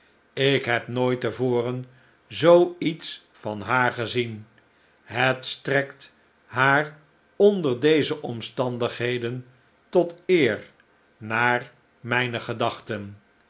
ik heb nooit te voren zoo iets van haar gezien het strekt haar onder deze omstandigheden tot eer naar mijne gedachten